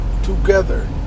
together